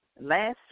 last